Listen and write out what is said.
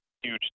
huge